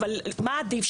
אבל מה עדיף,